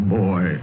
boy